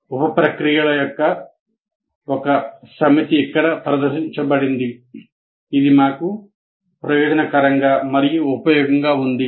ఉప ప్రక్రియల యొక్క ఒక సమితి ఇక్కడ ప్రదర్శించబడింది ఇది మాకు ప్రయోజనకరంగా మరియు ఉపయోగకరంగా ఉంది